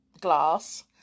glass